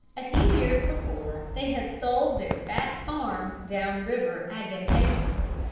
a few years before, they had sold their fat farm down-river advantageously,